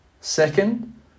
Second